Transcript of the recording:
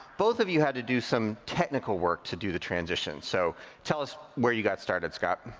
both of you had to do some technical work to do the transition. so tell us where you got started, scott.